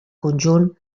conjunt